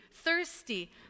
thirsty